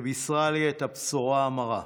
שבישרה לי את הבשורה המרה,